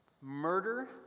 Murder